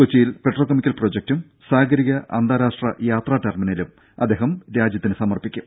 കൊച്ചിയിൽ കെമിക്കൽ പ്രൊജക്ടും പെട്രോ സാഗരിക അന്താരാഷ്ട്ര യാത്രാ ടെർമിനലും അദ്ദേഹം രാജ്യത്തിന് സമർപ്പിക്കും